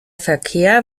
verkehr